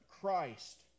Christ